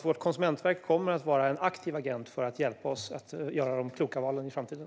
Vårt konsumentverk kommer alltså att vara en aktiv agent för att hjälpa oss att göra de kloka valen i framtiden.